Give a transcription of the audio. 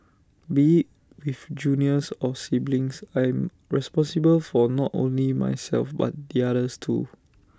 be IT with juniors or siblings I'm responsible for not only myself but the others too